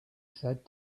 said